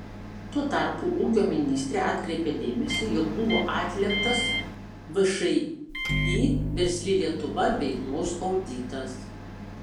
tuo tarpu ūkio ministrė atkreipia dėmesį jog buvo atliktas všį versli lietuva veiklos auditas